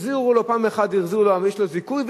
החזירו לו פעם אחת ויש לו זיכוי,